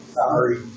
sorry